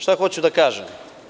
Šta hoću da kažem?